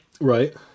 right